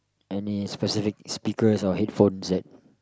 any specific speakers or headphones that